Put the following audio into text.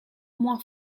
moins